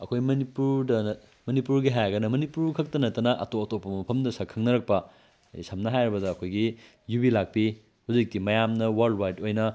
ꯑꯩꯈꯣꯏ ꯃꯅꯤꯄꯨꯔꯗꯅ ꯃꯅꯤꯄꯨꯔꯒꯤ ꯍꯥꯏꯔꯒꯅ ꯃꯅꯤꯄꯨꯔ ꯈꯛꯇ ꯅꯠꯇꯅ ꯑꯇꯣꯞ ꯑꯇꯣꯞꯄ ꯃꯐꯝꯗ ꯁꯛ ꯈꯪꯅꯔꯛꯄ ꯁꯝꯅ ꯍꯥꯏꯔꯕꯗ ꯑꯩꯈꯣꯏꯒꯤ ꯌꯨꯕꯤ ꯂꯥꯛꯄꯤ ꯍꯧꯖꯤꯛꯇꯤ ꯃꯌꯥꯝꯅ ꯋꯥꯔꯜ ꯋꯥꯏꯠ ꯑꯣꯏꯅ